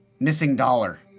missing dollar.